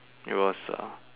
it was uh